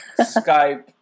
Skype